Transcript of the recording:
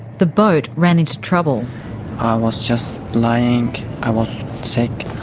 the boat ran into trouble. i was just lying, i was sick,